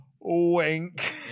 wink